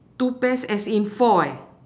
two pairs as in four eh